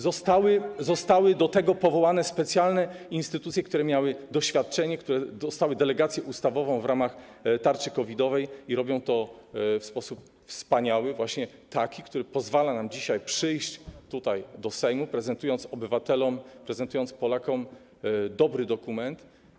Zostały do tego powołane specjalne instytucje, które miały doświadczenie, które dostały delegację ustawową w ramach tarczy COVID-owej i robią to w sposób wspaniały, właśnie taki, który pozwala nam dzisiaj przyjść tutaj, do Sejmu, prezentując obywatelom, Polakom dobry dokument.